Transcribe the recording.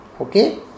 Okay